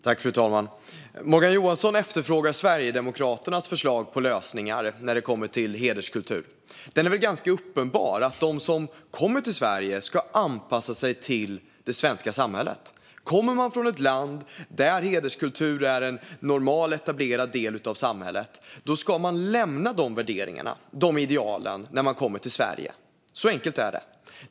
Fru talman! Morgan Johansson efterfrågar Sverigedemokraternas förslag på lösningar när det kommer till hederskultur. De är ganska uppenbara. De som kommer till Sverige ska anpassa sig till det svenska samhället. Kommer man från ett land där hederskultur är en normal, etablerad del av samhället ska man lämna de värderingarna, de idealen, när man kommer till Sverige. Så enkelt är det.